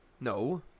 No